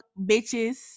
Bitches